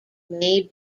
may